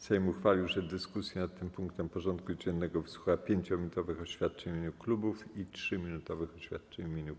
Sejm uchwalił, że w dyskusji nad tym punktem porządku dziennego wysłucha 5-minutowych oświadczeń w imieniu klubów i 3-minutowych oświadczeń w imieniu kół.